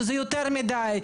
שזה יותר מדי,